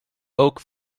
oak